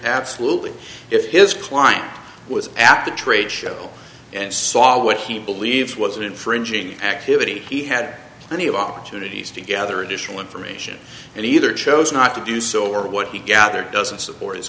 absolutely if his client was asked a trade show and saw what he believed was an infringing activity he had plenty of opportunities to gather additional information and either chose not to do so or what he gathered doesn't support